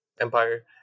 empire